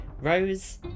Rose